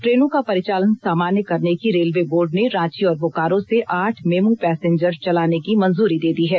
ट्रेनों का परिचालन सामान्य करने की रेलवे बोर्ड ने रांची और बोकारो से आठ मेमू पैसेंजर चलाने की मंजूरी दे दी है